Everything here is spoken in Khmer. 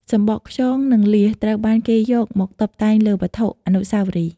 សំបកខ្យង និងលៀស ត្រូវបានគេយកមកតុបតែងលើវត្ថុអនុស្សាវរីយ៍។